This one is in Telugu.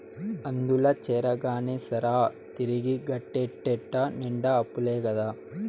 అందుల చేరగానే సరా, తిరిగి గట్టేటెట్ట నిండా అప్పులే కదా